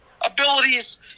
abilities